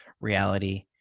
reality